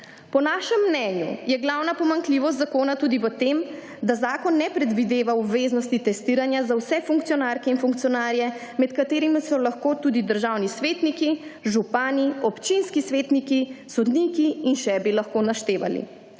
Po našem mnenju je glavna pomanjkljivost zakona tudi v tem, da zakon ne predvideva obveznosti testiranja za vse funkcionarke in funkcionarje, med katerimi so lahko tudi državni svetniki, župani, občinski svetniki, sodniki in še bi lahko naštevali.